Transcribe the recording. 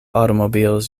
automobiles